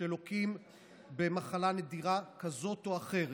שלוקים במחלה נדירה כזאת או אחרת.